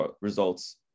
results